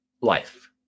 life